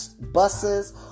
buses